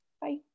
Bye